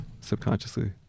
subconsciously